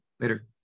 Later